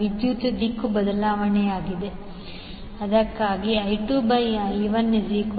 ವಿದ್ಯುತ್ ದಿಕ್ಕು ಬದಲಾವಣೆಯಾಗಿದೆ ಅದಕ್ಕಾಗಿಯೇ I2I1 N1N2